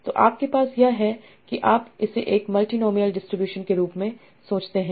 तो आपके पास यह है कि आप इसे एक मल्टीनोमिअल डिस्ट्रीब्यूशन के रूप में सोचते हैं